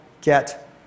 get